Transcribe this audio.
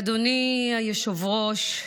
אדוני היושב-ראש,